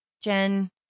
Jen